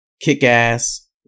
kick-ass